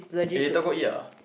eh later go eat ah